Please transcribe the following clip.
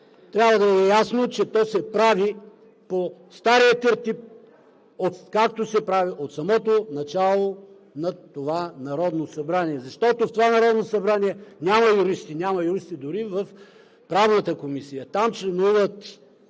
трябва да Ви е ясно, че се прави по стария тертип – откакто се прави в самото начало на това Народно събрание. Защото в това Народно събрание няма юристи, няма юристи дори в Правната комисия.